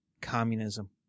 communism